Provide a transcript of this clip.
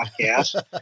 podcast